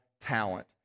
talent